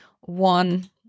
one